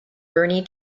bernie